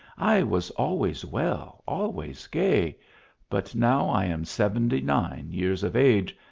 i was always well, always gay but now i am seventy-nine years of age,